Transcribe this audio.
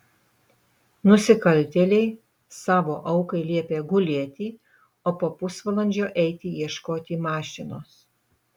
nusikaltėliai savo aukai liepė gulėti o po pusvalandžio eiti ieškoti mašinos